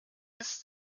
ist